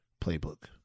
playbook